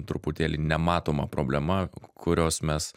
truputėlį nematoma problema k kurios mes